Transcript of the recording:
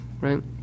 Right